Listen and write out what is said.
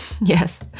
Yes